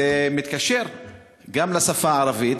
זה מתקשר גם לשפה הערבית,